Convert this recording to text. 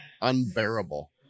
unbearable